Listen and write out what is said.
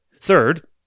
Third